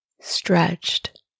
stretched